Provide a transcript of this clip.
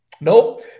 Nope